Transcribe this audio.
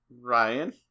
Ryan